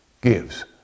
gives